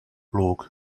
look